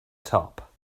top